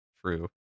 True